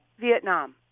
Vietnam